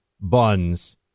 buns